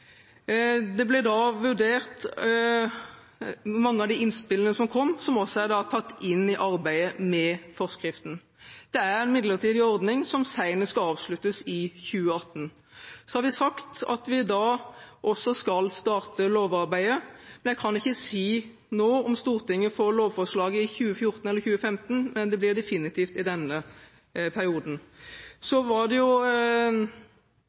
Da ble mange av de innspillene som kom, vurdert, og er også tatt inn i arbeidet med forskriften. Dette er en midlertidig ordning som senest skal avsluttes i 2018. Så har vi sagt at vi da også skal starte lovarbeidet. Jeg kan ikke si nå om Stortinget får lovforslaget i 2014 eller i 2015, men det blir definitivt i denne perioden. Så var det